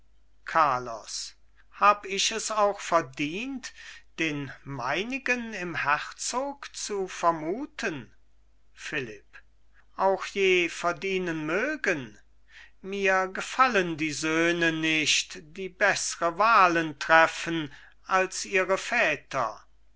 carlos hab ich es auch verdient den meinigen im herzog zu vermuten philipp auch je verdienen mögen mir gefallen die söhne nicht die beßre wahlen treffen als ihre väter